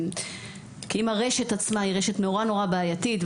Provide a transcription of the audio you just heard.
כי אם הרשת עצמה היא נורא בעייתית,